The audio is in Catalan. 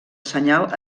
senyal